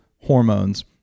hormones